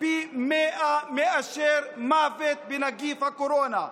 פי מאה מאשר ממוות מנגיף הקורונה,